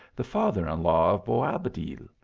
the father-in-law of boabclil,